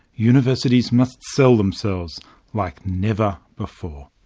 universities must sell themselves like never before.